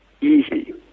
easy